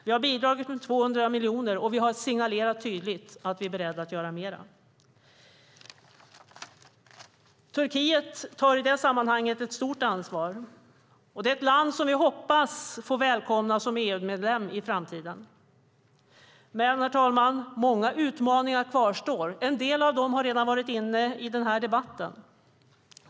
Vi har bidragit med 200 miljoner kronor och har signalerat tydligt att vi är beredda att göra mer. Turkiet tar i det här sammanhanget ett stort ansvar. Det är ett land som vi hoppas få välkomna som EU-medlem i framtiden. Men, herr talman, många utmaningar kvarstår. En del av dem har redan varit uppe i debatten.